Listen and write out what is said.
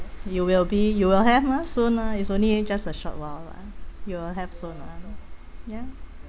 you will be you will have mah soon mah it's only just a short while lah you'll have soon lah ya